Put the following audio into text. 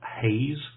haze